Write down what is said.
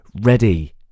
Ready